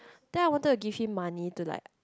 then I wanted to give him money to like